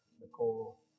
Nicole